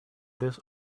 this